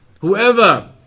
Whoever